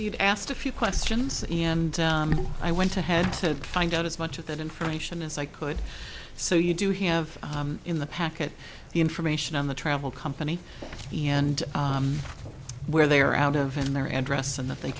you've asked a few questions and i went ahead to find out as much of that information as i could so you do have in the packet the information on the travel company and where they are out of and their address and that they